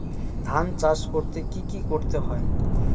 ধান চাষ করতে কি কি করতে হয়?